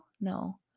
No